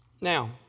Now